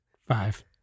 five